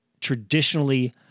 traditionally